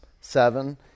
seven